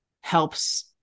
helps